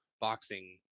boxing